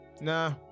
Nah